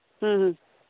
ᱴᱷᱤᱠ ᱜᱮᱭᱟ